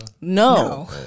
No